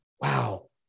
wow